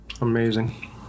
Amazing